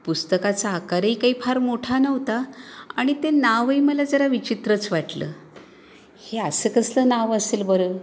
पुस्तकाचा आकारही काही फार मोठा नव्हता आणि ते नावही मला जरा विचित्रच वाटलं हे असं कसलं नाव असेल बरं